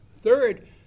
third